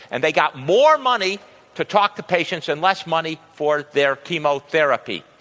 and they got more money to talk to patients and less money for their chemotherapy.